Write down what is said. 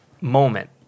moment